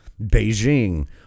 Beijing